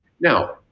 now